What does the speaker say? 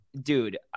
dude